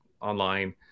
online